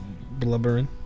blubbering